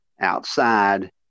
outside